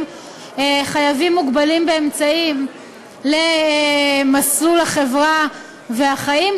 חייבים מוגבלים באמצעים למסלול החברה והחיים,